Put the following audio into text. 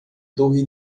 torre